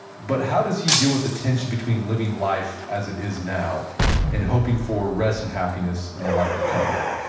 but how does he deal with the tension between living life as it is now and hoping for rest and happiness in the life to come?